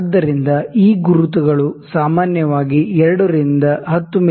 ಆದ್ದರಿಂದ ಈ ಗುರುತುಗಳು ಸಾಮಾನ್ಯವಾಗಿ 2 ರಿಂದ 10 ಮಿ